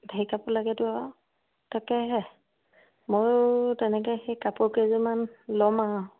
ঢেৰ কাপোৰ লাগেতো তাকেহে মইও তেনেকে সেই কাপোৰ কেইযোৰমান ল'ম আৰু